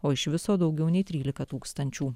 o iš viso daugiau nei trylika tūkstančių